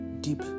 deep